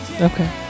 okay